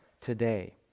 today